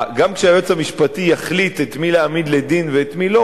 גם כשהיועץ המשפטי יחליט את מי להעמיד לדין ואת מי לא,